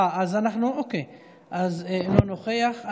אינו נוכח,